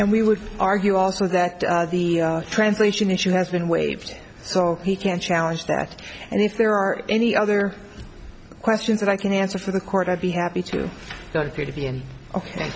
and we would argue also that the translation issue has been waived so he can challenge that and if there are any other questions that i can answer for the court i'd be happy to be an ok